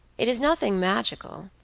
it is nothing magical,